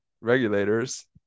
regulators